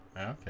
Okay